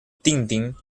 tintín